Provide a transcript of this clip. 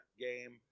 game